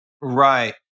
Right